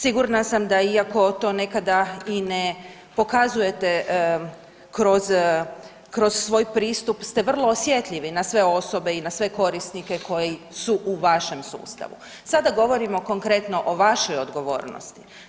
Sigurna sam da iako to nekada i ne pokazujete kroz svoj pristup ste vrlo osjetljivi na sve osobe i na sve korisnike koji su u vašem sustavu, sada govorimo konkretno o vašoj odgovornosti.